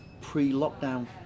pre-lockdown